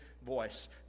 Voice